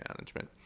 management